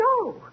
go